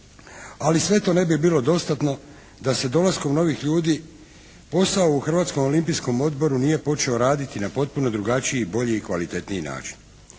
ali sve to ne bi bilo dostatno da se dolaskom novih ljudi posao u Hrvatskom olimpijskom odboru nije počeo raditi na potpuno drugačiji, bolji i kvalitetniji način.